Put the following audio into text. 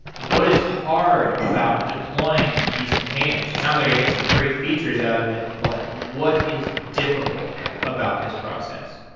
what is hard about deploying these containers? it sounds like i guess some great features out of it, but what is difficult about this process?